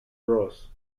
bros